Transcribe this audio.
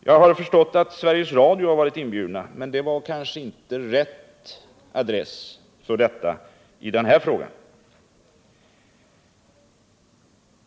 Jag har förstått att Sveriges Radio inbjudits, men det var kanske inte rätt adress för en inbjudan i den här frågan.